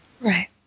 Right